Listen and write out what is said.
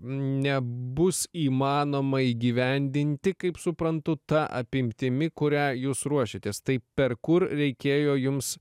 nebus įmanoma įgyvendinti kaip suprantu ta apimtimi kurią jūs ruošiatės tai per kur reikėjo jums